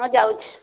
ହଁ ଯାଉଛି